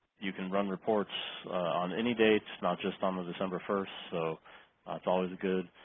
you can run reports on any dates not just on the december first. so it's always a good